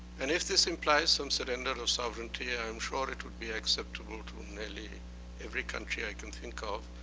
and if this implies some surrender of sovereignty, i am sure it would be acceptable to nearly every country i can think of,